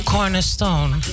Cornerstone